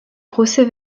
procès